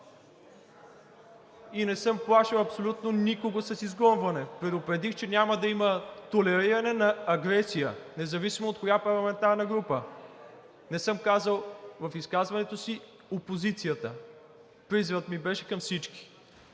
И не съм плашил абсолютно никого с изгонване. Предупредих, че няма да има толериране на агресия, независимо от коя парламентарна група. Не съм казал в изказването си опозицията. Призивът ми беше към всички.